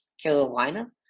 Carolina